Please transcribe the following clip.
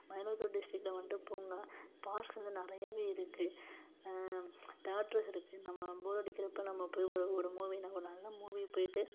மயிலாடுதுறை டிஸ்ட்ரிக்கில் வந்ட்டு பூங்கா பார்க்ஸ் இங்கே நிறையாவே இருக்குது தியேட்டர்ஸ் இருக்குது நம்ம போர் அடிக்கிறப்ப நம்ம போய் ஒரு ஒரு மூவி நம்ம நல்ல மூவி போயிட்டு